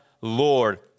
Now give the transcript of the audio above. Lord